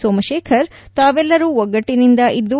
ಸೋಮಶೇಖರ್ ತಾವೆಲ್ವರೂ ಒಗ್ಗಟ್ಟಿನಿಂದ ಇದ್ದು